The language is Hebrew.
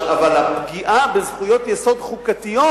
הפגיעה בזכויות יסוד חוקתיות